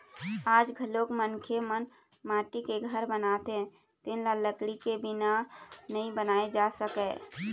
आज घलोक मनखे मन माटी के घर बनाथे तेन ल लकड़ी के बिना नइ बनाए जा सकय